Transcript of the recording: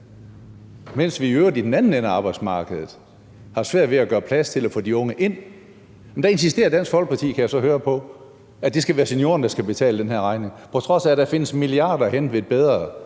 med at vi i øvrigt i den anden ende af arbejdsmarkedet har svært ved at gøre plads til at få de unge ind – og der insisterer Dansk Folkeparti, kan jeg så høre, på, at det skal være seniorerne, der skal betale den her regning, på trods af at der findes milliarder at hente ved et bedre